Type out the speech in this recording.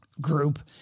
group